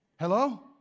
Hello